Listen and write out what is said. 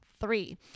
three